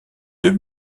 deux